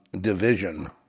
division